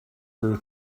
her